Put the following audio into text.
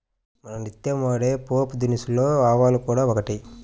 మనం నిత్యం వాడే పోపుదినుసులలో ఆవాలు కూడా ఒకటి